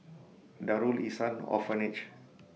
Darul Ihsan Orphanage